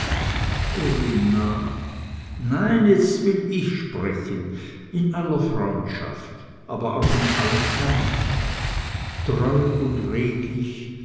corinna nein jetzt will ich sprechen in aller freundschaft aber auch in allem ernst treu und redlich